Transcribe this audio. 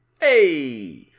Hey